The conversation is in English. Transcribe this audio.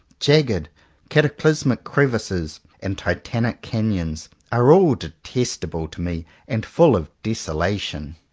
jagged, cataclysmic crevices, and titanic canyons, are all detestable to me and full of desolation.